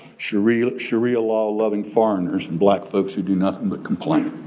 sharia sharia law loving foreigners and black folks who do nothing but complain.